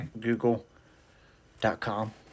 google.com